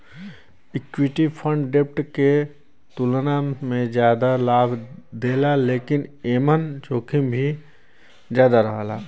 equity fund डेब्ट के तुलना में जादा लाभ देला लेकिन एमन जोखिम भी ज्यादा रहेला